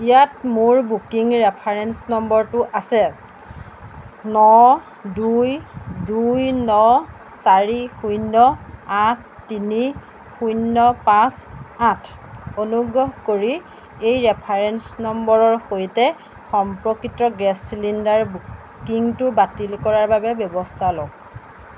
ইয়াত মোৰ booking reference নম্বৰটো আছে ন দুই দুই ন চাৰি শূন্য আঠ তিনি শূন্য পাঁচ আঠ অনুগ্ৰহ কৰি এই ৰেফাৰেঞ্চ নম্বৰৰ সৈতে সম্পৰ্কিত গেছ চিলিণ্ডাৰ বুকিংটো বাতিল কৰাৰ বাবে ব্যৱস্থা লওক